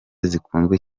zikunzwe